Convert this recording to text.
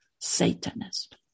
Satanist